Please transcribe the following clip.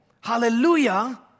Hallelujah